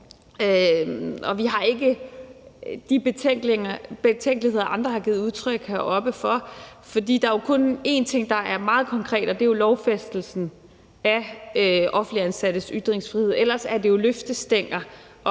vi har ikke de betænkeligheder, andre heroppe har givet udtryk for. For der er jo kun én ting, der er meget konkret, og det er lovfæstelsen af offentligt ansattes ytringsfrihed. Ellers er det jo løftestænger